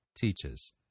teaches